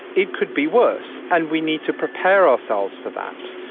it could be worse and we need to prepare ourselves for that.